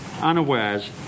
unawares